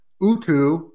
Utu